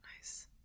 Nice